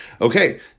Okay